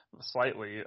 slightly